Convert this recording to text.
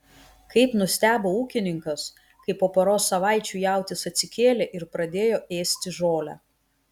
kaip nustebo ūkininkas kai po poros savaičių jautis atsikėlė ir pradėjo ėsti žolę